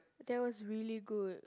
that was really good